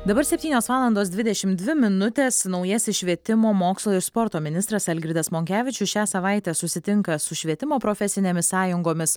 dabar septynios valandos dvidešim dvi minutės naujasis švietimo mokslo ir sporto ministras algirdas monkevičius šią savaitę susitinka su švietimo profesinėmis sąjungomis